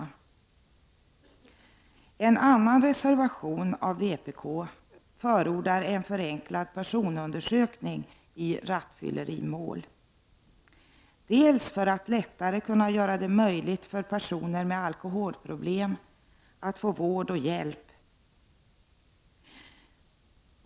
I en annan vpk-reservation förordas en förenklad personundersökning i rattfyllerimål, bl.a. för att göra det lättare för personer med alkoholproblem att få vård och hjälp.